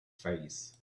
face